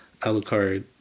Alucard